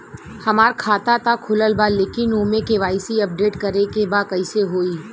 हमार खाता ता खुलल बा लेकिन ओमे के.वाइ.सी अपडेट करे के बा कइसे होई?